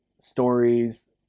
stories